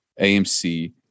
AMC